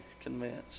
convinced